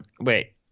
Wait